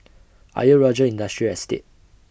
Ayer Rajah Industrial Estate